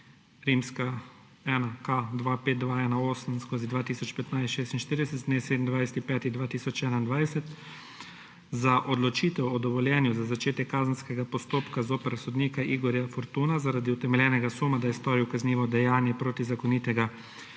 Kranju, IK25218/2015-46, z dne 27. 5. 2021 za odločitev o dovoljenju za začetek kazenskega postopka zoper sodnika Igorja Fortuna zaradi utemeljenega suma, da je storil kaznivo dejanje protizakonitega,